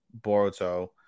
Boruto